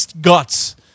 guts